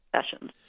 sessions